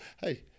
hey